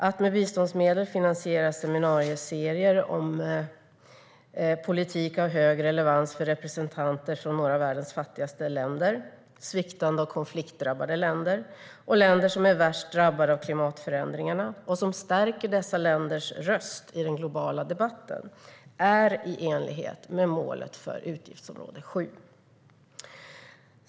Att med biståndsmedel finansiera seminarieserier om politik av hög relevans för representanter från några av världens fattigaste länder, sviktande och konfliktdrabbade länder och länder som är värst drabbade av klimatförändringarna, vilket stärker dessa länders röst i den globala debatten, är i enlighet med målet för utgiftsområde 7.